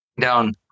down